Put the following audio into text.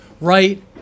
right